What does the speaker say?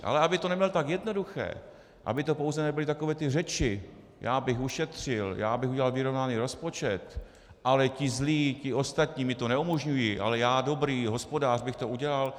Ale aby to neměl tak jednoduché, aby to pouze nebyly takové ty řeči, já bych ušetřil, já bych udělal vyrovnaný rozpočet, ale ti zlí, ti ostatní mi to neumožňují, ale já dobrý hospodář bych to udělal.